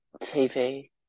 TV